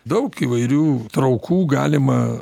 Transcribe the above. daug įvairių traukų galima